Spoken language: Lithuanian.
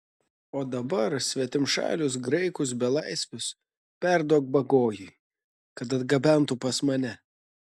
o dabar svetimšalius graikus belaisvius perduok bagojui kad atgabentų pas mane